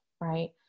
right